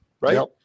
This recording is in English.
right